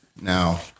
Now